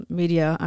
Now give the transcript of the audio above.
media